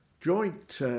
joint